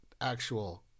actual